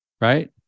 right